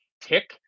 tick